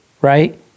right